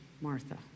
Martha